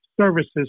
services